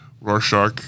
Rorschach